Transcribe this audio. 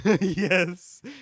Yes